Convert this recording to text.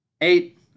eight